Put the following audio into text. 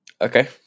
Okay